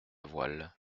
voiles